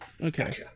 okay